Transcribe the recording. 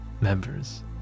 members